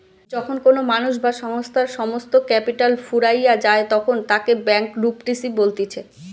যখন কোনো মানুষ বা সংস্থার সমস্ত ক্যাপিটাল ফুরাইয়া যায়তখন তাকে ব্যাংকরূপটিসি বলতিছে